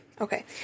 Okay